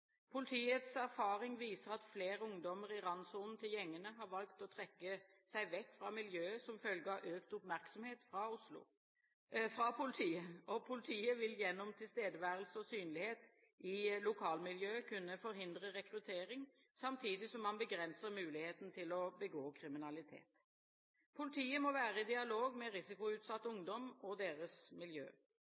Politiets erfaring viser at flere ungdommer i randsonen til gjengene har valgt å trekke seg vekk fra miljøet som følge av økt oppmerksomhet fra politiet. Politiet vil gjennom tilstedeværelse og synlighet i lokalmiljøet kunne forhindre rekruttering, samtidig som man begrenser muligheten til å begå kriminalitet. Politiet må være i dialog med risikoutsatt ungdom og deres miljø.